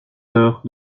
heures